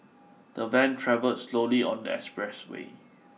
the van travelled slowly on the expressway